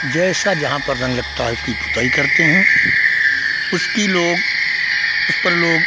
जैसा जहाँ पर रंग लगता है उसकी पुताई करते हैं उसकी लोग उस पर लोग